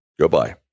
Goodbye